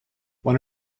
when